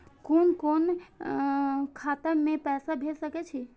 कुन कोण खाता में पैसा भेज सके छी?